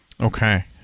Okay